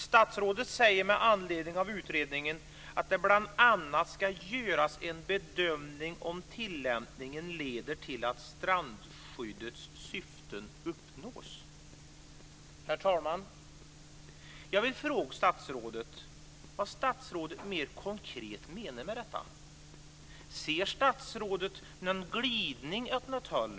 Statsrådet säger med anledning av utredningen att det bl.a. ska göras en bedömning om tillämpningen leder till att strandskyddets syften uppnås. Herr talman! Jag vill fråga statsrådet vad statsrådet mer konkret menar med detta. Ser statsrådet någon glidning åt något håll?